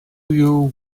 you